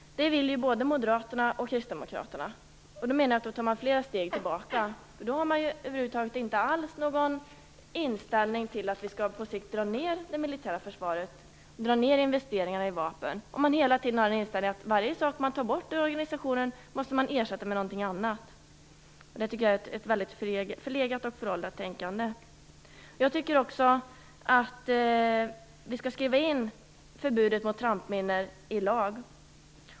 Det vill både Moderaterna och Kristdemokraterna. Då menar jag att man tar flera steg tillbaka. Då har man över huvud taget inte någon inställning till att vi på sikt skall dra ned det militära försvaret, dra ned investeringarna i vapen, om man hela tiden menar att varje sak man tar bort ur organisationen måste ersättas med någonting annat. Det tycker jag är ett förlegat och föråldrat tänkande. Jag tycker också att vi skall skriva in förbudet mot trampminor i lag.